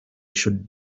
should